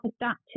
adapted